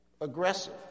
aggressive